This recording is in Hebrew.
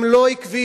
הם לא עקביים.